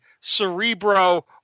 Cerebro